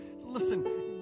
listen